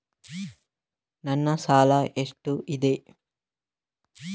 ನನ್ನ ಸಾಲ ಎಷ್ಟು ಇದೆ?